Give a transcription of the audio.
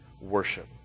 worship